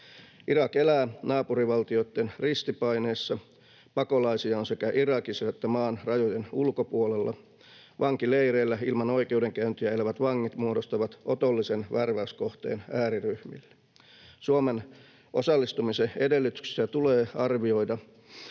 Irak elää naapurivaltioitten ristipaineessa. Pakolaisia on sekä Irakissa että maan rajojen ulkopuolella. Vankileireillä ilman oikeudenkäyntiä elävät vangit muodostavat otollisen värväyskohteen ääriryhmille. Suomen osallistumisen edellytyksiä tulee arvioida,